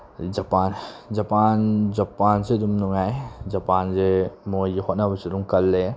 ꯑꯗꯒꯤ Japan Japan ꯖꯄꯥꯟꯁꯦ ꯑꯗꯨꯝ ꯅꯨꯡꯉꯥꯏ ꯖꯄꯥꯟꯁꯦ ꯃꯣꯏꯁꯨ ꯍꯣꯠꯅꯕꯁꯨ ꯑꯗꯨꯝ ꯀꯜꯂꯦ